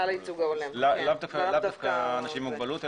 לאו דווקא אנשים עם מוגבלות,